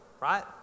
right